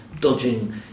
dodging